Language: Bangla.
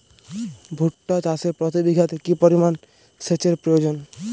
ভুট্টা চাষে প্রতি বিঘাতে কি পরিমান সেচের প্রয়োজন?